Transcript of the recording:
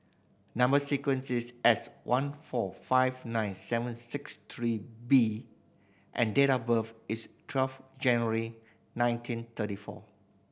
number sequence is S one four five nine seven six three B and date of birth is twelve January nineteen thirty four